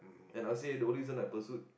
and I'll say the only reason I pursued